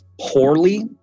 poorly